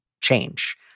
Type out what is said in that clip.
change